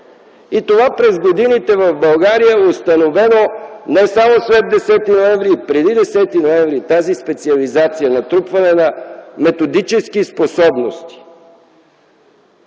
Това през годините в България е установено не само след 10 ноември, а и преди 10 ноември - тази специализация и натрупване на методически възможности.